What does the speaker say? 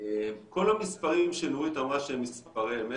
כל המספרים שנורית אמרה שהם מספרי אמת